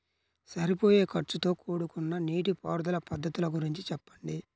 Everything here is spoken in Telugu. సరిపోయే ఖర్చుతో కూడుకున్న నీటిపారుదల పద్ధతుల గురించి చెప్పండి?